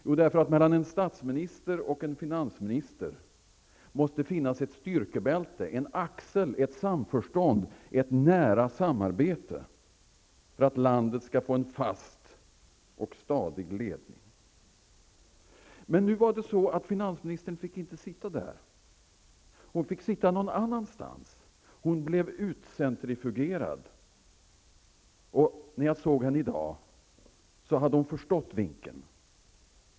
Jo, därför att det mellan en statsminister och en finansminister måste finnas ett styrkebälte, en axel, ett samförstånd, ett nära samarbete för att landet skall få en fast och stadig ledning. Men nu var det så att finansministern inte fick sitta där. Hon fick sitta någon annanstans. Hon blev utcentrifugerad. När jag såg henne i dag hade hon förstått vinken.